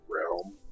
realm